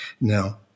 now